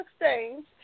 exchange